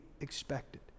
expected